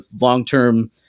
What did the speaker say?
long-term